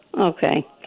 Okay